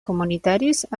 comunitaris